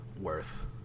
worth